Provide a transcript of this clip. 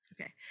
Okay